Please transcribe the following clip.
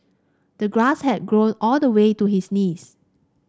the grass had grown all the way to his knees